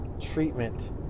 treatment